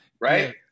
right